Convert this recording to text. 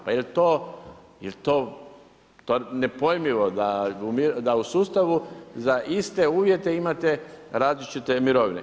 Pa jel to, to je nepojmljivo da u sustavu za iste uvjete imate različite mirovine.